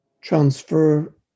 transfer